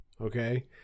okay